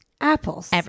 Apples